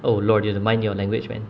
oh lord you have to mind your language man